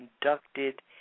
conducted